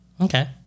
Okay